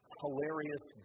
hilarious